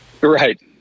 right